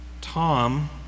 Tom